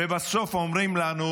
ובסוף אומרים לנו: